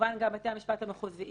כמובן שגם בתי המשפט המחוזיים,